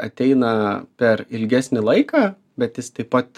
ateina per ilgesnį laiką bet jis taip pat